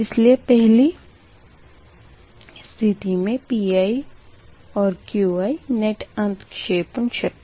इसलिए पहली स्थिति मे Pi and Qi नेट अंतक्षेपण शक्ति है